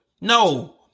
No